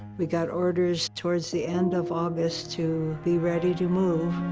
we got orders towards the end of august to be ready to move.